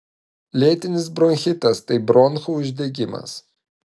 lėtinis bronchitas tai bronchų uždegimas